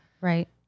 Right